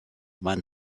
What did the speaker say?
man